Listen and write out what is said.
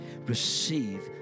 receive